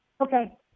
Okay